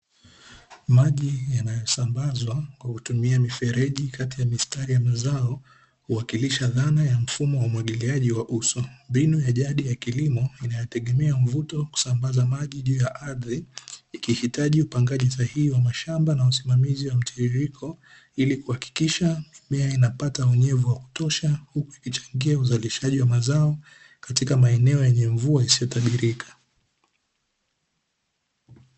Mji yanayosambazwa kwa kutumia mifereji kati ya mistari ya mazao, huwakilisha dhana ya mfumo wa umwagiliaji wa uso, mbinu ya jadi ya kilimo inayotegemea mvuto kusambazi maji juu ya ardhi, ikihitaji upangaji sahihi wa shamba na usimamizi wa mtiririko, ili kuhakikisha mimea inapata unyevu wa kutosha huku ikichangia uzalishaji wa mazao katika maeneo yenye mvua isiyotabirika.